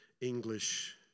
English